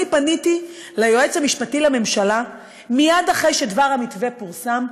אני פניתי ליועץ המשפטי לממשלה מייד אחרי שדבר המתווה פורסם,